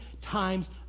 times